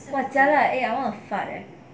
!wah! jialat eh I want to fart leh